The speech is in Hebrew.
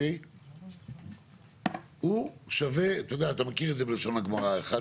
הוא שווה, אתה יודע, אתה מכיר את זה בלשון הגמרא.